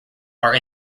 are